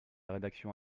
rédaction